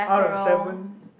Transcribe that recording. out of seven